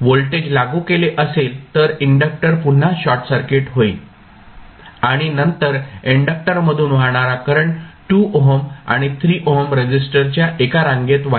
voltage लागू केले असेल तर इंडक्टर पुन्हा शॉर्ट सर्किट होईल आणि नंतर इंडक्टर मधून वाहणारा करंट 2 ओहम आणि 3 ओहम रेसिस्टरच्या एका रांगेत वाहेल